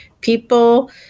People